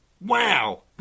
Wow